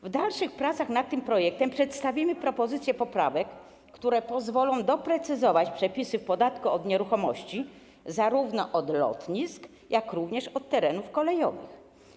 W dalszych pracach nad tym projektem przedstawimy propozycje poprawek, które pozwolą doprecyzować przepisy dotyczące podatku od nieruchomości w zakresie zarówno lotnisk, jak również terenów kolejowych.